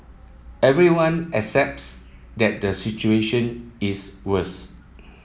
everyone accepts that the situation is worst